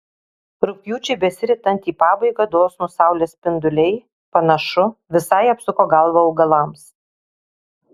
rugpjūčiui besiritant į pabaigą dosnūs saulės spinduliai panašu visai apsuko galvą augalams